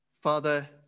Father